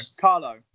Carlo